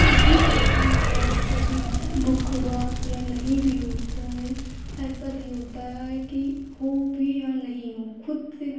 खुद भी पैसा लगाओ कभी बुक हुआ या नहीं भी होता है ऐसा भी होता है कि हो भी और नहीं हो खुद से